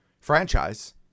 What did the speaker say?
franchise